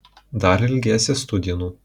dar ilgėsies tų dienų